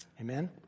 Amen